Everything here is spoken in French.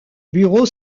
bureau